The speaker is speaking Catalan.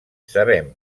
sabem